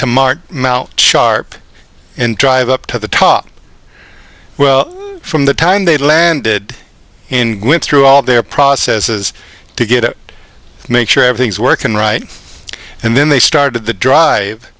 mars sharp and drive up to the top well from the time they landed and went through all their processes to get it make sure everything's working right and then they started the dr